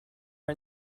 are